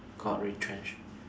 got retrenched